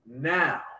Now